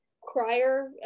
crier